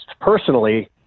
personally